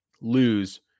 lose –